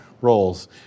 roles